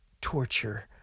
torture